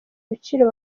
biciro